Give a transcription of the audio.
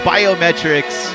Biometrics